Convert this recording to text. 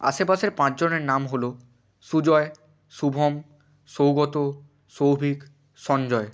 আশেপাশের পাঁচ জনের নাম হলো সুজয় শুভম সৌগত শৌভিক সঞ্জয়